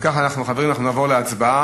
אם כך, חברים, אנחנו נעבור להצבעה.